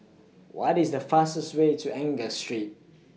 What IS The fastest Way to Angus Street